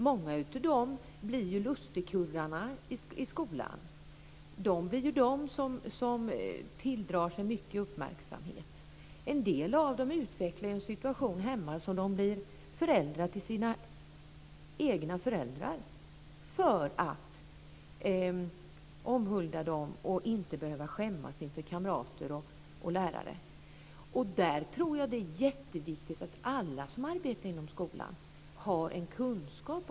Många av dem blir lustigkurrarna i skolan, och de tilldrar sig mycket uppmärksamhet. En del av barnen utvecklar en situation hemma där de blir föräldrar till sina egna föräldrar för att omhulda dem och inte behöva skämmas inför kamrater och lärare. Där tror jag att det är jätteviktigt att alla som arbetar inom skolan har en kunskap.